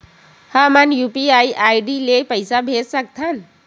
का हम UPI ID ले पईसा भेज सकथन?